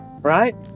right